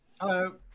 Hello